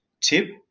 tip